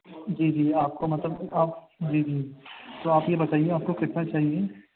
جی جی آپ کو مطلب آپ جی جی تو آپ یہ بتائیے آپ کو کتنا چاہیے